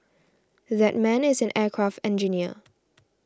that man is an aircraft engineer